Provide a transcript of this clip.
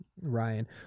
ryan